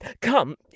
Come